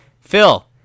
Phil